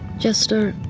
jester,